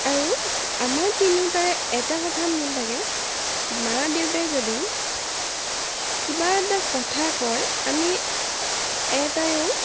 আৰু আমাৰ তিনিওটাৰে এটা কথাত মিল থাকে মা দেউতাই যদি কিবা এটা কথা কয় আমি এটাইয়ো